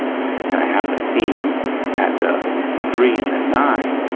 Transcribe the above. and i have the seam at the three and the nine,